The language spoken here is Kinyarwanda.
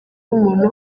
umuntu